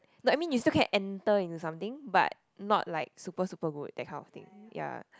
no I mean you still can enter into something but not like super super good that kind of thing ya